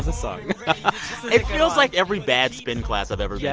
ah song it feels like every bad spin class i've ever yeah